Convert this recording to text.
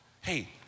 Hey